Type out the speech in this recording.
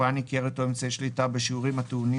השפעה ניכרת או אמצעי שליטה בשיעורים הטעונים